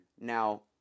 Now